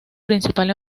principal